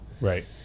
right